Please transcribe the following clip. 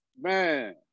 man